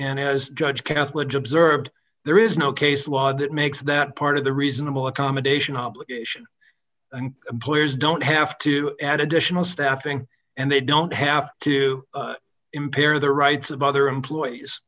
and has judge catholic observed there is no case law that makes that part of the reasonable accommodation obligation and employers don't have to add additional staffing and they don't have to impair the rights of other employees